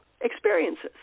experiences